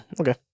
Okay